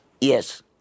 Yes